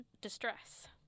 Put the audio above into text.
distress